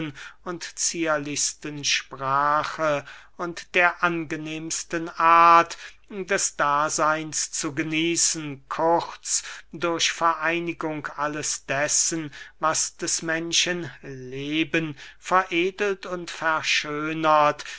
und zierlichsten sprache und der angenehmsten art des daseyns zu genießen kurz durch vereinigung alles dessen was des menschen leben veredelt und verschönert